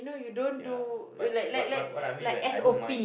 ya but what what what I mean that I don't mind